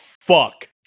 fuck